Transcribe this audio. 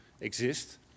exist